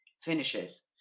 finishes